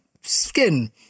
skin